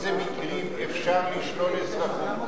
באיזה מקרים אפשר לשלול אזרחות